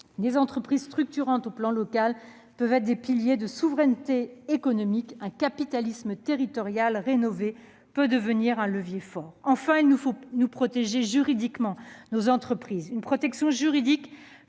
Des entreprises structurantes sur le plan local peuvent être des piliers de la souveraineté économique ; un capitalisme territorial rénové peut être un levier fort. Enfin, il nous faut protéger juridiquement nos entreprises face à la législation de